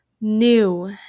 new